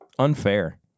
unfair